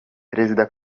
perezida